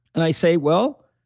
and i say, well,